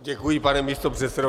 Děkuji, pane místopředsedo.